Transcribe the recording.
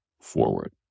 forward